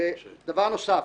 ודבר נוסף,